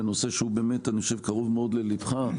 בנושא שאני חושב שהוא באמת קרוב מאוד לליבך,